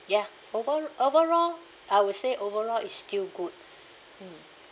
ya over~ overall I would say overall is still good mm